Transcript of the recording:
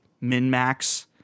min-max